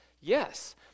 Yes